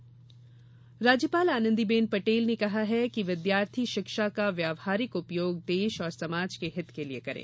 दीक्षांत समारोह राज्यपाल आनंदी बेन पटेल ने कहा है कि विद्यार्थी शिक्षा का व्यवहारिक उपयोग देश और समाज के हित के लिये करें